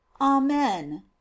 amen